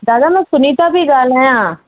दादा मां सुनीता पई ॻाल्हायां